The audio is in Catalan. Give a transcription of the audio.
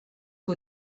que